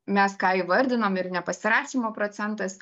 mes ką įvardinam ir nepasirašymo procentas